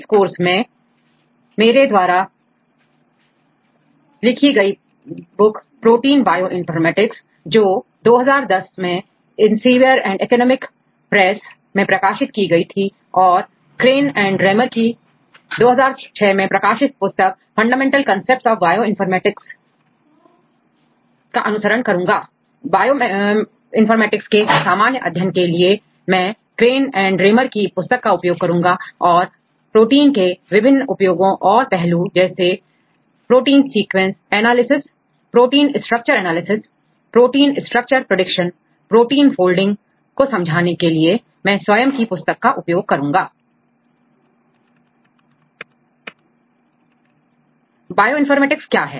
इस कोर्स में मैं मेरे द्वारा लिखी गई बुक प्रोटीन बायोइनफॉर्मेटिक्स जो 2010 में इसीवियरऔर एकेडमिक प्रेसElsevier and Academic Press मैं प्रकाशित की गई थी और क्रेन एंड रेमर की 2006 में प्रकाशित पुस्तकफंडामेंटल कंसेप्ट Fundamentals concepts of Bioinfermaticsबायोइनफॉर्मेटिक्स का अनुसरण करूंगा बायोइनफॉर्मेटिक्स के सामान्य अध्ययन के लिए मैं क्रेन एंड रे मर की पुस्तक का उपयोग करूंगा औरप्रोटीन के विभिन्न उपयोगों और पहलू जैसे protein sequence analysis protein structure analysis protein structure prediction protein folding को समझाने के लिए मैं स्वयं की पुस्तक का उपयोग करूंगा बायोइनफॉर्मेटिक्स क्या है